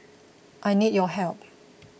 I need your help